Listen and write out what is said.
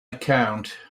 account